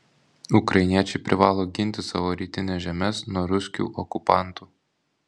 ukrainiečiai privalo ginti savo rytines žemes nuo ruskių okupantų